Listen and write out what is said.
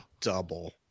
double